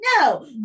no